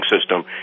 system